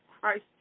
Christ